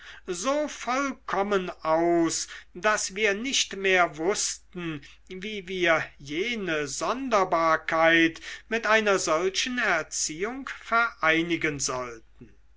so vollkommen aus daß wir nicht mehr wußten wie wir jene sonderbarkeiten mit einer solchen erziehung vereinigen sollten